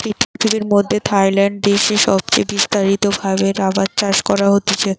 পৃথিবীর মধ্যে থাইল্যান্ড দেশে সবচে বিস্তারিত ভাবে রাবার চাষ করা হতিছে